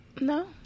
No